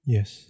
Yes